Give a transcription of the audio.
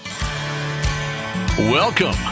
Welcome